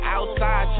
Outside